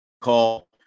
call